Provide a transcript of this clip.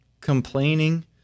Complaining